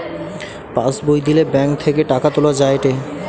pass বই দিলে bank থেকে টাকা তুলা যায়েটে